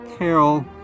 Carol